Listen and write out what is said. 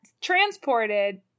transported